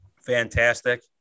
fantastic